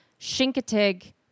Shinkatig